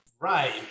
Right